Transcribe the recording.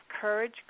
courage